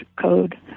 code